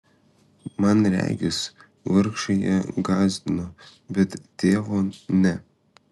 man regis vargšai ją gąsdino bet tėvo ne